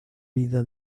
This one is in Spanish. vida